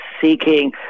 seeking